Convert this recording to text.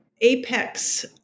apex